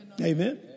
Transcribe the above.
Amen